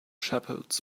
shepherds